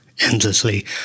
endlessly